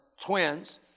twins